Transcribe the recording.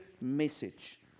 message